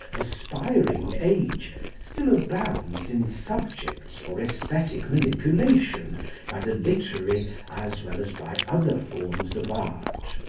aspiring age still abounds in subjects for aesthetic manipulation by the literary as well as by other forms of art.